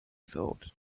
thought